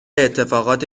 اتفاقات